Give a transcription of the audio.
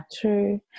true